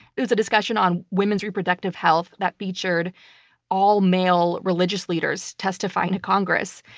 there's a discussion on women's reproductive health that featured all-male religious leaders testifying to congress,